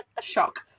Shock